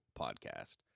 podcast